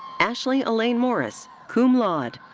ashley elaine morris, cum laude.